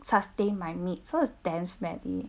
sustain my meat so it's damn smelly